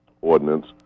ordinance